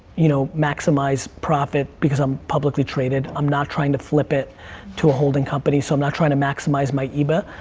you know, maximize profit because i'm publicly traded. i'm not trying to flip it to a holding company, so i'm not trying to maximize by ebitda.